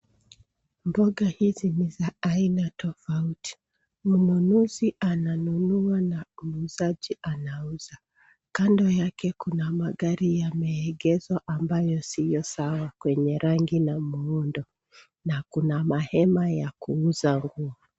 Mboga hizi ni za aina tofauti. Mnunuzi ananunua na muuzaji anauza. Kando yake kuna magari yameegeshwa ambayo sio sawa kwenye rangi na muundo, na kuna mahema ya kuuza nguo .